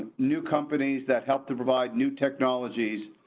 new companies that help to provide new technologies.